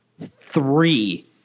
three